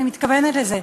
אני מתכוונת לזה,